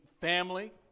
family